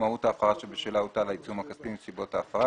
מהותה הפרה שבשלה הוטל העיצום הכספי ונסיבות ההפרה.